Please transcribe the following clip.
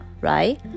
right